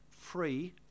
free